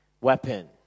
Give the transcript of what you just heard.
weapon